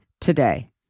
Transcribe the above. today